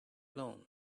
loan